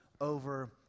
over